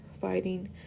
fighting